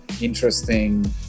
interesting